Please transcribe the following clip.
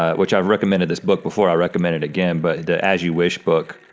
ah which i've recommended this book before, i'll recommend it again, but the as you wish book.